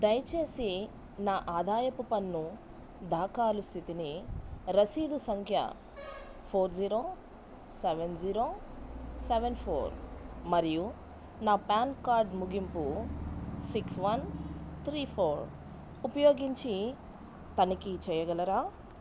దయచేసి నా ఆదాయపు పన్ను దాఖాలు స్థితిని రసీదు సంఖ్య four zero seven zero seven four మరియు నా పాన్ కార్డు ముగింపు సిక్స్ వన్ త్రీ ఫోర్ ఉపయోగించి తనిఖీ చేయగలరా